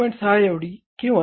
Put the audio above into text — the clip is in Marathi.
6 एवढी किंवा 7